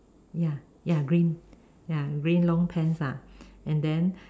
ya ya green ya green long pants lah and then